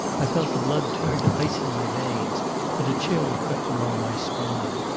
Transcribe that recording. i felt the blood turn to ice in my veins and a chill crept along my spine.